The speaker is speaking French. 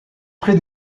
très